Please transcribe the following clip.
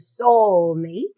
soulmate